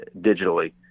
digitally